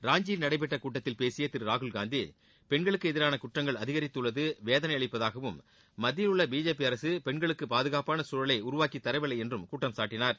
ராஞ்சியில் நடைபெற்ற கூட்டத்தில் பேசிய திரு ராகுல்காந்தி பென்களுக்கு எதிரான குற்றங்கள் அதிகரித்துள்ளது வேதனை அளிப்பதாகவும் மத்தியில் உள்ள பிஜேபி அரசு பெண்களுக்கு பாதகாப்பான சூழலை உருவாக்கித் தரவில்லை என்றும் குற்றம்சாட்டினார்